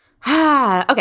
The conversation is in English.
Okay